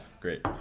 Great